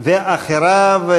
ואחריו,